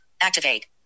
Activate